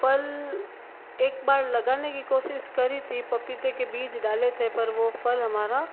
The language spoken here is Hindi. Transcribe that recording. फल एक बार लगाने की कोशिश करी थी पपीते के बीज डाले थे पर वो फल हमारा